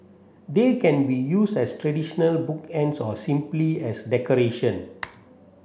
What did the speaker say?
they can be used as traditional bookends or simply as decoration